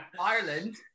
Ireland